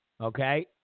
Okay